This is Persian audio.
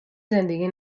زندگی